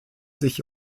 sich